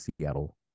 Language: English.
seattle